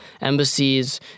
embassies